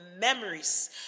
memories